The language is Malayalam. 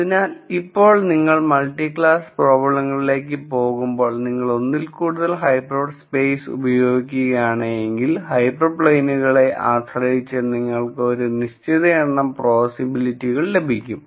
അതിനാൽ ഇപ്പോൾ നിങ്ങൾ മൾട്ടി ക്ലാസ് പ്രോബ്ലങ്ങളിലേക്ക് പോകുമ്പോൾ നിങ്ങൾ ഒന്നിൽ കൂടുതൽ ഹൈപ്പർ സ്പേസ് ഉപയോഗിക്കുകയാണെങ്കിൽ ഹൈപ്പർ പ്ലെയിനുകളെ ആശ്രയിച്ച് നിങ്ങൾക്ക് ഒരു നിശ്ചിത എണ്ണം പോസ്സിബിലിറ്റികൾ ലഭിക്കും